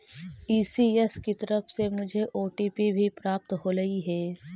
ECS की तरफ से मुझे ओ.टी.पी भी प्राप्त होलई हे